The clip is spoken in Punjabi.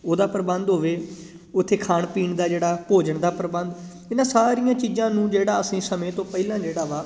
ਉਹਦਾ ਪ੍ਰਬੰਧ ਹੋਵੇ ਉੱਥੇ ਖਾਣ ਪੀਣ ਦਾ ਜਿਹੜਾ ਭੋਜਨ ਦਾ ਪ੍ਰਬੰਧ ਇਹਨਾਂ ਸਾਰੀਆਂ ਚੀਜ਼ਾਂ ਨੂੰ ਜਿਹੜਾ ਅਸੀਂ ਸਮੇਂ ਤੋਂ ਪਹਿਲਾਂ ਜਿਹੜਾ ਵਾ